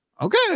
okay